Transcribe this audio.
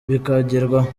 bikagerwaho